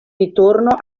ritorno